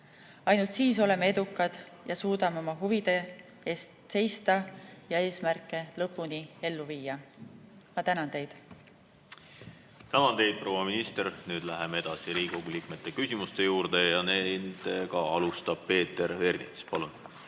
Ainult siis oleme edukad ja suudame oma huvide eest seista ja eesmärke lõpuni ellu viia. Ma tänan teid. Tänan teid, proua minister! Nüüd läheme edasi Riigikogu liikmete küsimuste juurde ja alustab Peeter Ernits. Palun!